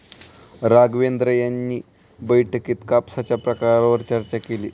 राघवेंद्र यांनी बैठकीत कापसाच्या प्रकारांवर चर्चा केली